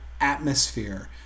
atmosphere